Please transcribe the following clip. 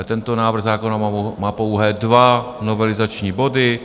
Tento návrh zákona má pouhé dva novelizační body.